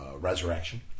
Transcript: resurrection